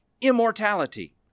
immortality